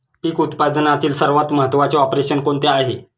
पीक उत्पादनातील सर्वात महत्त्वाचे ऑपरेशन कोणते आहे?